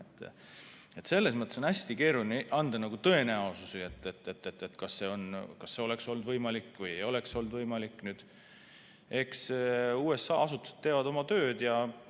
Selles mõttes on hästi keeruline anda tõenäosusi, kas see oleks olnud võimalik või ei oleks olnud võimalik. Eks USA asutused teevad oma tööd ja